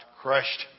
crushed